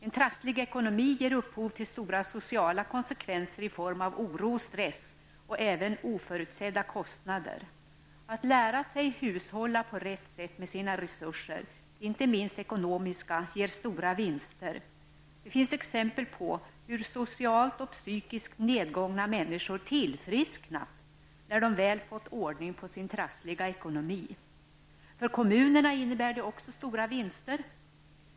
En trasslig ekonomi ger upphov till stora sociala konsekvenser i form av oro och stress och även oförutsedda kostnader. Att lära sig hushålla på rätt sätt med sina resurser, inte minst ekonomiska, ger stora vinster. Det finns exempel på hur socialt och psykiskt nedgångna människor tillfrisknat, när de väl fått ordning på sin trassliga ekonomi. För kommunerna innebär det också stora vinster.